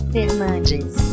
Fernandes